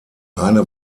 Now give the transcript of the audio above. eine